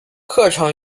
课程